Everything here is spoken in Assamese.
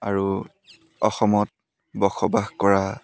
আৰু অসমত বসবাস কৰা